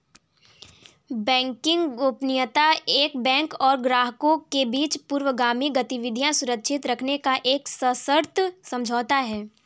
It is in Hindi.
बैंकिंग गोपनीयता एक बैंक और ग्राहकों के बीच पूर्वगामी गतिविधियां सुरक्षित रखने का एक सशर्त समझौता है